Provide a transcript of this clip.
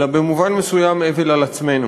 אלא במובן מסוים אבל על עצמנו.